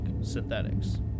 synthetics